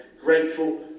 grateful